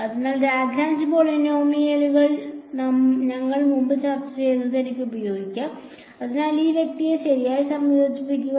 അതിനാൽ ലാഗ്രാഞ്ച് പോളിനോമിയലുകൾ ഞങ്ങൾ മുമ്പ് ചർച്ചചെയ്തത് എനിക്ക് ഉപയോഗിക്കാം അതിനാൽ ഈ വ്യക്തിയെ ശരിയായി സംയോജിപ്പിക്കുക